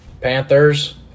Panthers